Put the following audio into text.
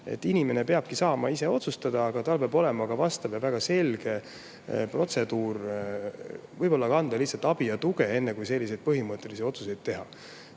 et inimene peabki saama ise otsustada, aga selleks peab olema ka vastav ja väga selge protseduur. Võib-olla anda lihtsalt abi ja tuge enne, kui selliseid põhimõttelisi otsuseid teha.